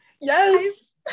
Yes